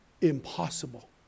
Impossible